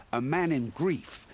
a man in grief.